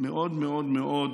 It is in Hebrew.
מאוד מאוד מאוד